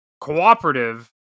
cooperative